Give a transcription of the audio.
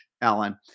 Alan